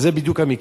וזה בדיוק המקרה.